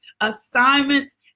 assignments